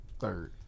third